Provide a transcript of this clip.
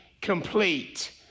complete